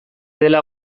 dela